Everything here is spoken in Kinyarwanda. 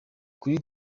kuri